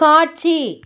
காட்சி